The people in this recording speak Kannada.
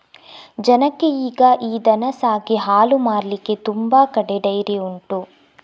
ಜನಕ್ಕೆ ಈಗ ಈ ದನ ಸಾಕಿ ಹಾಲು ಮಾರ್ಲಿಕ್ಕೆ ತುಂಬಾ ಕಡೆ ಡೈರಿ ಉಂಟು